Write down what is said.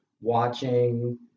watching